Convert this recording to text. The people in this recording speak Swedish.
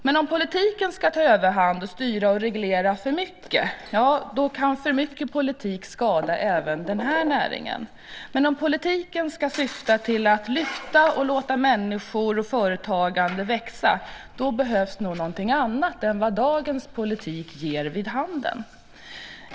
Men om politiken ska ta överhand och styra och reglera för mycket kan det skada även denna näring. Men om politiken ska syfta till att lyfta och låta människor och företagande växa, då behövs nog något annat än vad dagens politik ger vid handen.